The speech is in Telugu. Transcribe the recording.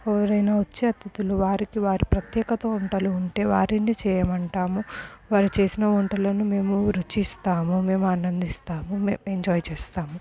ఎవరైనా వచ్చే అతిథులు వారికి వారి ప్రత్యేకత వంటలు ఉంటే వారిని చేయమంటాము వారు చేసిన వంటలను మేము రుచిస్తాము మేము ఆనందిస్తాము మేము ఎంజాయ్ చేస్తాము